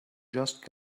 just